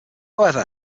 however